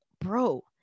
bro